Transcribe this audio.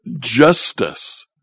justice